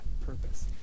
purpose